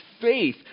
faith